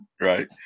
Right